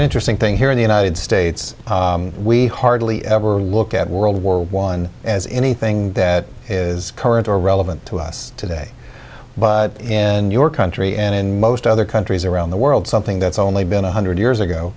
an interesting thing here in the united states we hardly ever look at world war one as anything that is current or relevant to us today and your country and in most other countries around the world something that's only been a hundred years ago